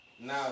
Now